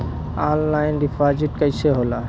Online deposit कैसे होला?